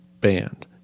banned